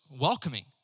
welcoming